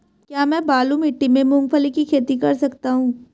क्या मैं बालू मिट्टी में मूंगफली की खेती कर सकता हूँ?